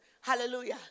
Hallelujah